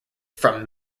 from